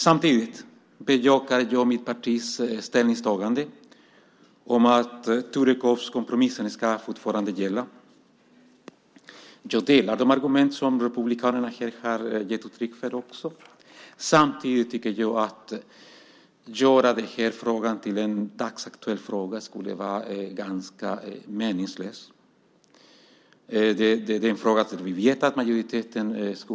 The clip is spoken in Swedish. Samtidigt bejakar jag mitt partis ställningstagande att Torekovskompromissen fortfarande ska gälla. Jag delar de argument som republikanerna här har gett uttryck för, samtidigt som jag tycker att det skulle vara ganska meningslöst att göra detta till en dagsaktuell fråga.